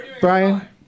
Brian